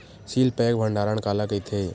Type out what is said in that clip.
Seal pack भंडारण काला कइथे?